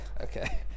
Okay